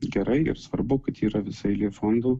gerai ir svarbu kad yra visa eilė fondų